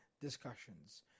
discussions